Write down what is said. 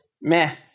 Meh